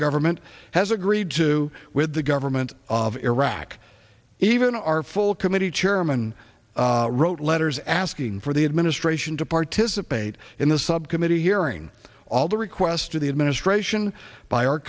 government has agreed to with the government of iraq even our full committee chairman wrote letters asking for the administration to participate in this subcommittee hearing all the requests to the administration by our